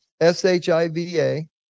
S-H-I-V-A